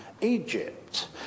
Egypt